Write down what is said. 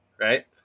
right